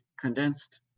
condensed